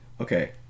Okay